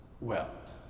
wept